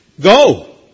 go